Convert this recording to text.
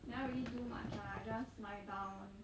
never really do much ah I just lie down